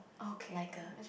like a